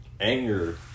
anger